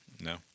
No